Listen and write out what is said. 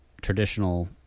traditional